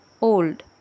old